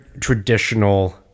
traditional